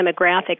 demographics